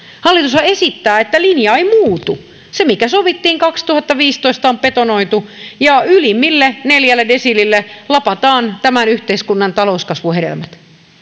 hallitushan esittää että linja ei muutu se mikä sovittiin kaksituhattaviisitoista on betonoitu ja ylimmille neljälle desiilille lapataan tämän yhteiskunnan talouskasvun hedelmät